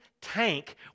tank